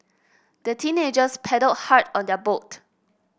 the teenagers paddled hard on their boat